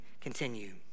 continue